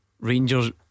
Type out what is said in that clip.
Rangers